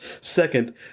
Second